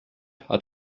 hat